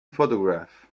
photograph